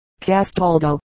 Castaldo